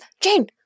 Jane